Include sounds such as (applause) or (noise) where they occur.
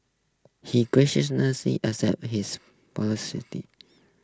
he graciously accepted his (unintelligible)